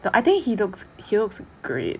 I think he looks looks great